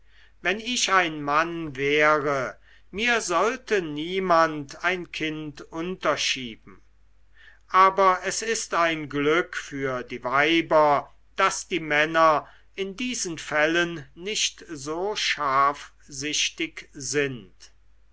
wenn ich ein mann wäre mir sollte niemand ein kind unterschieben aber es ist ein glück für die weiber daß die männer in diesen fällen nicht so scharfsichtig sind